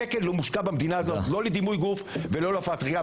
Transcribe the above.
שקל לא מושקע במדינה הזאת: לא בדימוי גוף ולא בהפרעות אכילה.